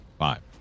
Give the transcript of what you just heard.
Five